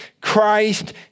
Christ